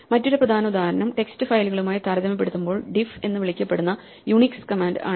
മറ്റൊരു പ്രധാന ഉദാഹരണം ടെക്സ്റ്റ് ഫയലുകളുമായി താരതമ്യപ്പെടുത്തുമ്പോൾ ഡിഫ് എന്ന് വിളിക്കപ്പെടുന്ന യുണിക്സ് കമാൻഡ് ആണ്